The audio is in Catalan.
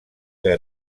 què